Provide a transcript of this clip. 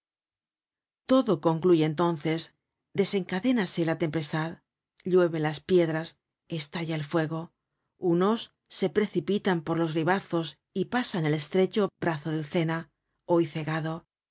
todo concluye entonces desencadénase la tempestad llueven las piedras estalla el fuego unos se precipitan por los ribazos y pasan el estrecho brazo del sena hoy cegado